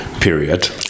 period